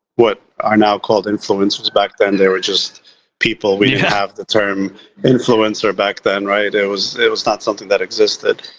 what are now called influencers. back then there were just people. we didn't have the term influencer back then, right? it was it was not something that existed.